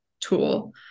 tool